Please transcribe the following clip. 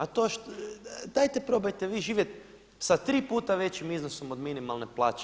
A to, dajte probajte vi živjeti sa tri puta većim iznosom od minimalne plaće.